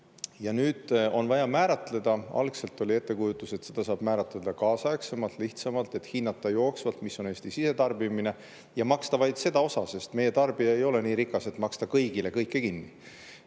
Ja nüüd on vaja seda määratleda. Algselt oli ettekujutus, et saab määratleda kaasaegsemalt, lihtsamalt, jooksvalt, mis on Eesti sisetarbimine, ja maksta vaid see osa, sest meie tarbija ei ole nii rikas, et maksta kõigile kõike kinni.